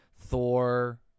Thor